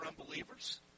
unbelievers